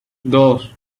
dos